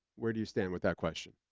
where do you stand with that question?